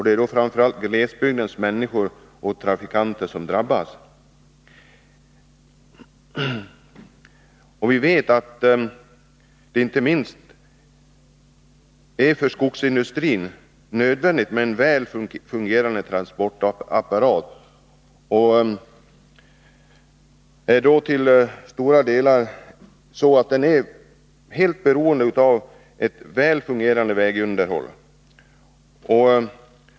Det är då framför allt glesbygdens människor som drabbas. Inte minst för skogsindustrin är det nödvändigt med en fungerande transportapparat. Den är helt beroende av ett väl fungerande vägunderhåll.